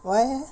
why eh